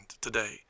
today